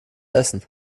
essen